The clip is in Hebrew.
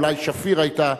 אולי שפיר היתה הראשונה,